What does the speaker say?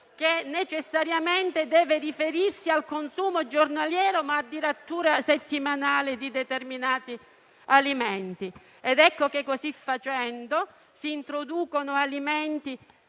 che necessariamente deve riferirsi al consumo giornaliero e addirittura settimanale di determinati alimenti. Ecco che, così facendo, si introducono alimenti